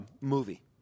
movie